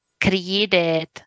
created